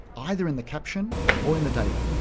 either in the caption or in the data,